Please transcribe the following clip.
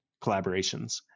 collaborations